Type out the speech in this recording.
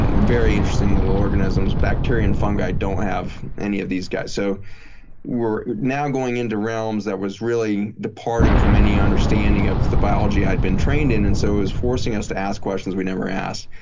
and very interesting little organisms. bacteria and fungi don't have any of these guys. so we're now going into realms that was really departing from any understanding of the biology i've been trained in. it and so was forcing us to ask quest ions we never ask.